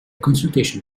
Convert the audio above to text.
consultation